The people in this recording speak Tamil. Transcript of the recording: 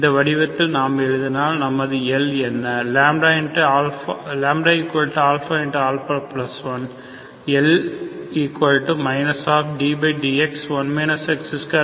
இந்த வடிவத்தில் நாம் எழுதினால் நமது L என்ன λαα1 L≡ ddx1 x2ddx Q என்பது 0